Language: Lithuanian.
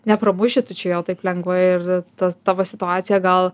nepramuši tu čia jo taip lengvai ir tas tavo situacija gal